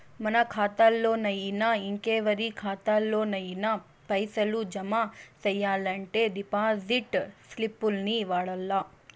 మన కాతాల్లోనయినా, ఇంకెవరి కాతాల్లోనయినా పైసలు జమ సెయ్యాలంటే డిపాజిట్ స్లిప్పుల్ని వాడల్ల